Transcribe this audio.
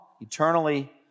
eternally